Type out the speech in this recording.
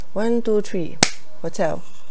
one two three hotel